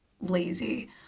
lazy